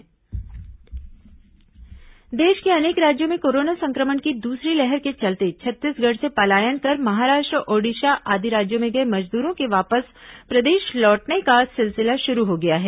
Covid quarantine centre देश के अनेक राज्यों में कोरोना संक्रमण की दूसरी लहर के चलते छत्तीसगढ़ से पलायन कर महाराष्ट्र ओडिशा आदि राज्यों में गए मजदूरों के वापस प्रदेश लौटने का सिलसिला शुरू हो गया है